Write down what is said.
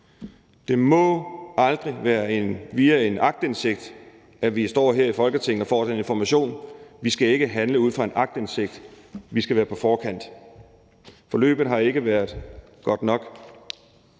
Det må aldrig være via en aktindsigt, at vi her i Folketinget får sådan en information. Vi skal ikke handle ud fra en aktindsigt; vi skal være på forkant. Forløbet har ikke været godt nok.